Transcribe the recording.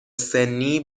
سنی